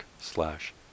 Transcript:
slash